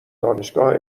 دانشگاه